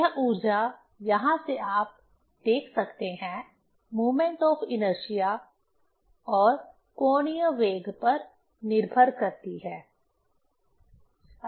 यह ऊर्जा यहां से आप देख सकते हैं मोमेंट ऑफ इनर्शिया और कोणीय वेग पर निर्भर करती है